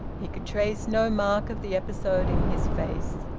he could trace no mark of the episode in his face.